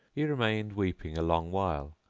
he remained weeping a long while,